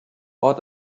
ort